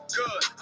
good